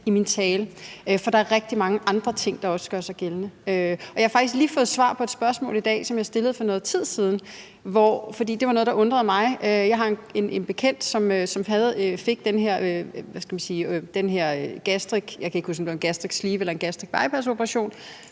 i min tale, for der er rigtig mange andre ting, der også gør sig gældende. Jeg har faktisk lige i dag fået svar på et spørgsmål, som jeg stillede for nogen tid siden, for der var noget, der undrede mig. Jeg har en bekendt, som fik den her operation, og jeg kan ikke huske, om det var en gastric sleeve-operation eller en gastrisk bypassoperation,